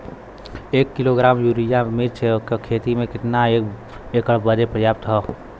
एक kilogram urea मिर्च क खेती में कितना एकड़ बदे पर्याप्त ह?